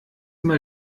mal